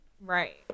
Right